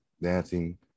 dancing